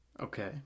Okay